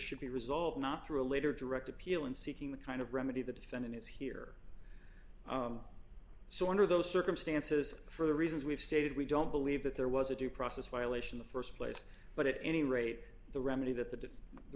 should be resolved not through a later direct appeal and seeking the kind of remedy the defendant has here so under those circumstances for the reasons we've stated we don't believe that there was a due process violation the st place but at any rate the remedy that the